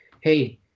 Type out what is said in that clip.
hey